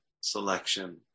selection